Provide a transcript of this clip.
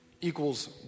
equals